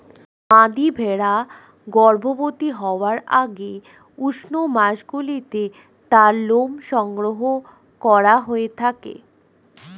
মাদী ভেড়া গর্ভবতী হওয়ার আগে উষ্ণ মাসগুলিতে তার লোম সংগ্রহ করা হয়ে থাকে